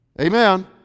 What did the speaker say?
Amen